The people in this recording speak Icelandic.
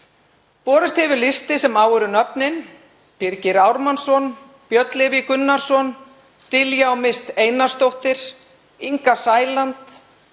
Borist hefur listi sem á eru nöfnin: Birgir Ármannsson, Björn Leví Gunnarsson, Diljá Mist Einarsdóttir, Inga Sæland,